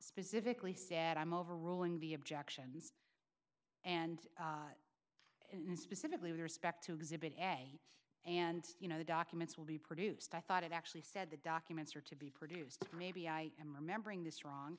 specifically said i'm overruling the objections and and specifically with respect to exhibit a and you know the documents will be produced i thought it actually said the documents are to be believed maybe i am remembering this ro